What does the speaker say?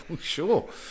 sure